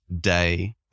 day